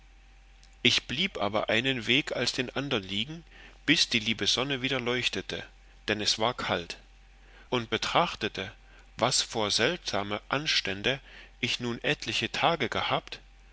ich blieb aber einen weg als den andern liegen bis die liebe sonne wieder leuchtete dann es war kalt und betrachtete was vor seltsame anstände ich nun etliche tage gehabt